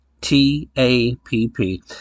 T-A-P-P